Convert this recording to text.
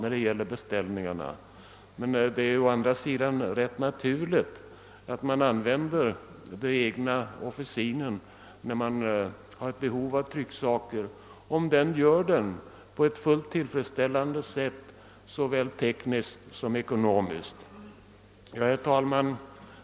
Å andra sidan är det rätt naturligt att man vill använda den egna officinen när man har behov av att få fram sina trycksaker, om denna kan utföra arbetet på ett tillfredsställande sätt såväl tekniskt som ekonomiskt. Herr talman!